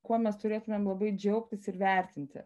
kuo mes turėtumėm labai džiaugtis ir vertinti